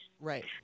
Right